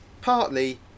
partly